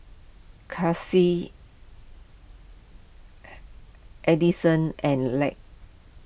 Chelsea Adyson and Lark